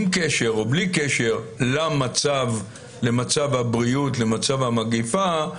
עם קשר או בלי קשר למצב הבריאות ולמצב המגיפה,